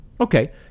Okay